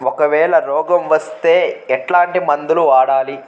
ఒకవేల రోగం వస్తే ఎట్లాంటి మందులు వాడాలి?